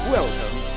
Welcome